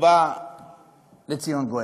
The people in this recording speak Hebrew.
ובא לציון גואל.